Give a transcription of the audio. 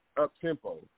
up-tempo